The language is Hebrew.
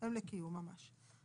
הם לקיום ממש.